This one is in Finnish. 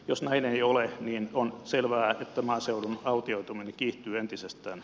jos näin ei ole niin on selvää että maaseudun autioituminen kiihtyy entisestään